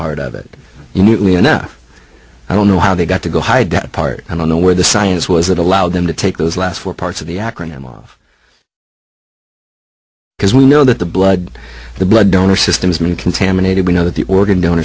part of it immediately enough i don't know how they got to go hide that part i don't know where the science was that allowed them to take those last four parts of the acronym off because we know that the blood the blood donor system has been contaminated we know that the organ don